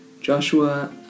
Joshua